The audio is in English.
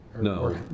No